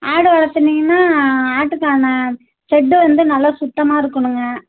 ஆடு வளர்த்துனீங்கன்னா ஆட்டுக்கான ஷெட்டு வந்து நல்லா சுத்தமாக இருக்கணுங்க